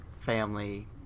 family